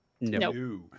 No